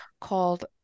called